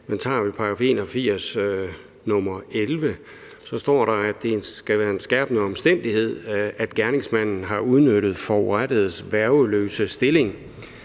men så har vi § 81, nr. 11, og der står, at det skal være en skærpende omstændighed, at gerningsmanden har udnyttet forurettedes værgeløse stilling.